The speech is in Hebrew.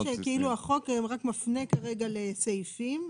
הבעיה היא שהחוק היום רק מפנה כרגע לסעיפים,